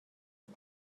است